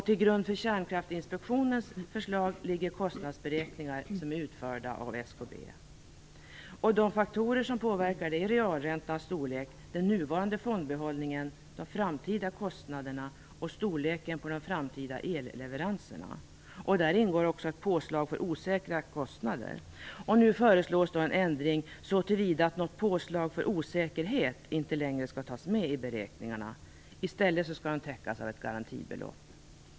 Till grund för Kärnkraftinspektionens förslag ligger kostnadsberäkningar utförda av SKB. De faktorer som påverkar är realräntans storlek, den nuvarande fondbehållningen, de framtida kostnaderna och storleken på de framtida elleveranserna. Där ingår också ett påslag för osäkra kostnader. Nu föreslås en ändring så tillvida att något påslag för osäkerhet inte längre skall tas med i beräkningarna. I stället skall de täckas av garantibelopp.